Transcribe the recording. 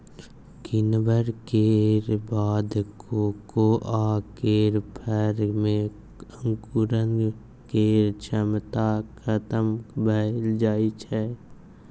किण्वन केर बाद कोकोआ केर फर मे अंकुरण केर क्षमता खतम भए जाइ छै